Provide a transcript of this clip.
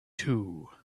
too